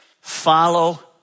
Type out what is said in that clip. follow